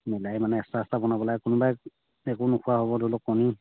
মিলাই মানে extra extra বনাব লাগে কোনোবাই একো নোখোৱা হ'ব ধৰি লওক কণী